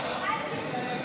אבטלה לעצמאים),